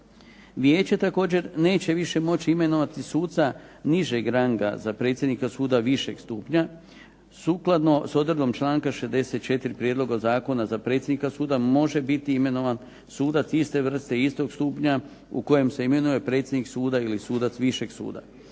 Vijeće također neće više moći imenovati suca nižeg ranga za predsjednika suda višeg stupnja sukladno s odredbom članka 64. prijedloga Zakona za predsjednika suda može biti imenovan sudac iste vrste, istog stupnja u kojem se imenuje predsjednik suda ili sudac višeg suda.